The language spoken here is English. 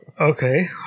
Okay